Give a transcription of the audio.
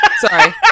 Sorry